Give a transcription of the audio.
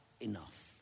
enough